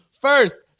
first